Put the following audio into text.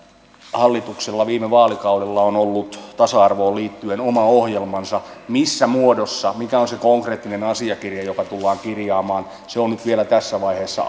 hallituksella on viime vaalikaudella ollut tasa arvoon liittyen oma ohjelmansa missä muodossa mikä on se konkreettinen asiakirja joka tullaan kirjaamaan se on nyt vielä tässä vaiheessa